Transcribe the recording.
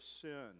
sin